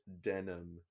denim